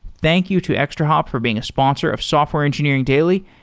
thank you to extrahop for being a sponsor of software engineering daily,